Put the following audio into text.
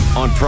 on